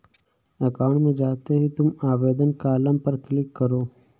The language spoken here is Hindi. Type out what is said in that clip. अकाउंट में जाते ही तुम आवेदन कॉलम पर क्लिक करो